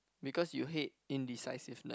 because you hate indecisiveness